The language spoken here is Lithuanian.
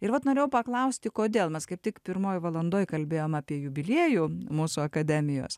ir vat norėjau paklausti kodėl mes kaip tik pirmoj valandoj kalbėjom apie jubiliejų mūsų akademijos